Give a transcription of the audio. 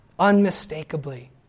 unmistakably